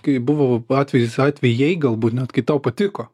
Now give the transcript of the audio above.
kai buvo atvejis atvejai galbūt net kai tau patiko